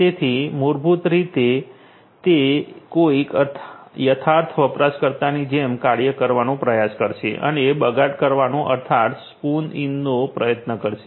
તેથી મૂળભૂત રીતે તે કોઈક યથાર્થ વપરાશકર્તાની જેમ કાર્ય કરવાનો પ્રયાસ કરશે અને બગાડ કરવાનો અર્થાત સ્પૂફ ઈનનો પ્રયત્ન કરશે